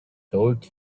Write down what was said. told